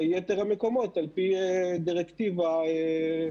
ואם ביקשתי קודם להתייחס ברצינות הנדרשת לאתגר שמחכה בחוץ,